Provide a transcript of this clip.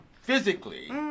physically